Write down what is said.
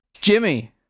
Jimmy